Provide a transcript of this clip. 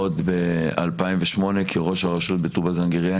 עוד ב-2008 כראש הרשות בטובא זנגריה.